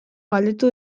galdetu